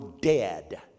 dead